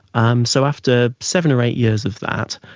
um so after seven or eight years of that,